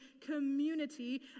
community